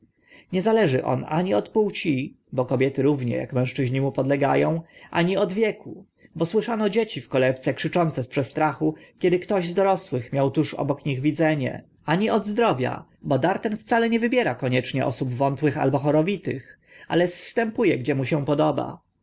nie zależy on ani od płci bo kobiety równie ak mężczyźni mu podlega ą ani od wieku bo słyszano dzieci w kolebce krzyczące z przestrachu kiedy ktoś z dorosłych miał tuż przy nich widzenie ani od zdrowia bo dar ten wcale nie wybiera koniecznie osób wątłych albo chorowitych ale zstępu e gdzie mu się podoba